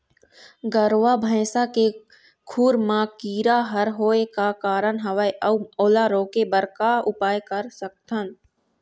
गरवा भैंसा के खुर मा कीरा हर होय का कारण हवए अऊ ओला रोके बर का उपाय कर सकथन?